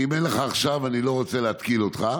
ואם אין לך עכשיו, אני לא רוצה להתקיל אותך,